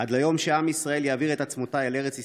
עד ליום שעם ישראל יעביר את עצמותיו לארץ ישראל.